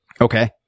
Okay